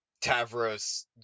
Tavros